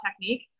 technique